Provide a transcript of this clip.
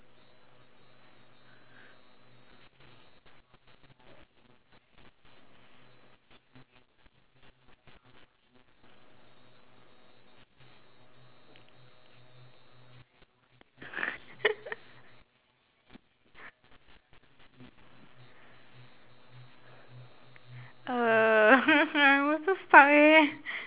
uh I'm also stuck eh